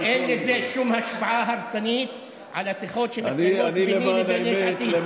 אין לזה שום השפעה הרסנית על השיחות שמתקיימות ביני לבין יש עתיד.